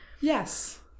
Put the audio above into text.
Yes